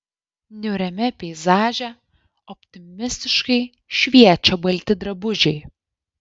niūriame peizaže optimistiškai šviečia balti drabužiai